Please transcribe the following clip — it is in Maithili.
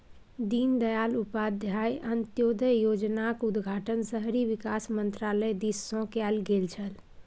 दीनदयाल उपाध्याय अंत्योदय योजनाक उद्घाटन शहरी विकास मन्त्रालय दिससँ कैल गेल छल